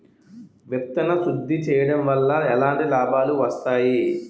విత్తన శుద్ధి చేయడం వల్ల ఎలాంటి లాభాలు వస్తాయి?